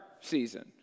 season